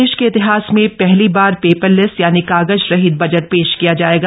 देश के इतिहास में पहली बार पेपरलेस यानी कागज रहित बजट पेश किया जाएगा